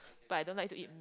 but I don't like to eat